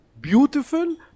beautiful